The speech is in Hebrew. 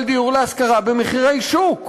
אבל דיור להשכרה במחירי שוק.